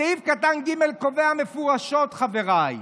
סעיף קטן (ג) קובע מפורשות" חבריי,